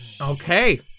Okay